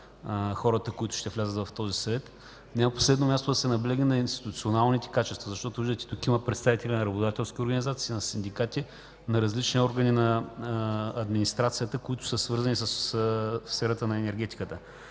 хората, които ще влязат в този съвет. И не на последно място – да се наблегне на институционалните качества, защото виждате – петима представители на работодателски организации, на синдикати, на различни органи на администрацията, които са свързани със сферата на енергетиката.